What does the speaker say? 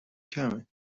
کمه